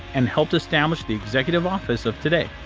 and helped establish the executive office of today.